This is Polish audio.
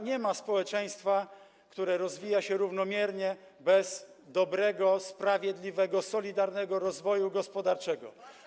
Nie ma społeczeństwa, które rozwija się równomiernie, bez dobrego, sprawiedliwego, solidarnego rozwoju gospodarczego.